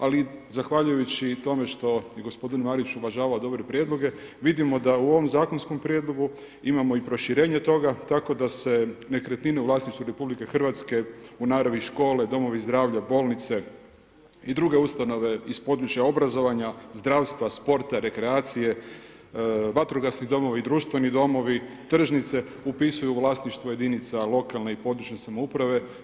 Ali, zahvaljujući tome što i gospodin Marić uvažava dobre prijedloge, vidimo da u ovom zakonskom prijedlogu imamo i proširenje toga, tako da se nekretnine u vlasništvu RH, u naravi škole, domovi zdravlja, bolnice i druge ustanove iz područja obrazovanja, zdravstva, sporta, rekreacije, vatrogasni domovi i društveni domovi, tržnice, upisuju u vlasništvu jedinica lokalne i područne samouprave.